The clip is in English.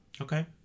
Okay